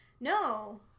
No